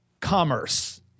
commerce